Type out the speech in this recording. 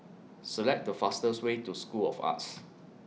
Select The fastest Way to School of Arts